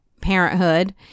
parenthood